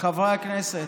חברי הכנסת,